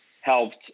helped